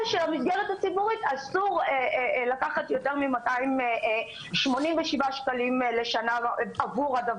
ולמסגרת הציבורית אסור לקחת יותר מ-287 שקלים לשנה עבור זה.